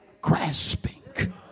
grasping